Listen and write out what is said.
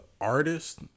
artist